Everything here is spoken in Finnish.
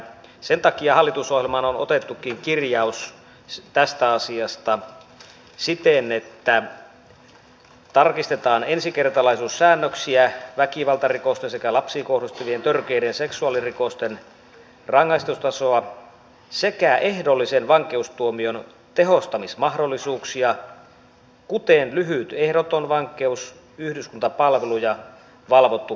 sen takia hallitusohjelmaan on otettukin kirjaus tästä asiasta siten että tarkistetaan ensikertalaisuussäännöksiä väkivaltarikosten sekä lapsiin kohdistuvien törkeiden seksuaalirikosten rangaistustasoa sekä ehdollisen vankeustuomion tehostamismahdollisuuksia kuten lyhyt ehdoton vankeus yhdyskuntapalvelu ja valvottu koevapaus